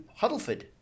Huddleford